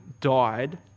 died